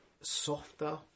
softer